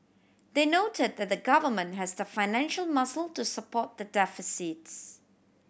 they noted that the Government has the financial muscle to support the deficits